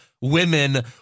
women